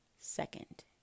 second